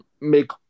make